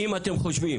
אם אתם חושבים